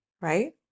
right